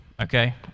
Okay